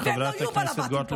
והם לא יהיו בעלבתים פה.